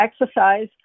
exercise